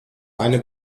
eine